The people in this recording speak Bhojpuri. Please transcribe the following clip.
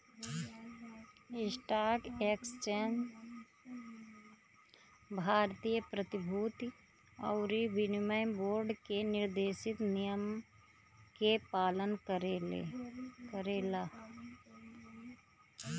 स्टॉक एक्सचेंज भारतीय प्रतिभूति अउरी विनिमय बोर्ड के निर्देशित नियम के पालन करेला